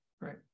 right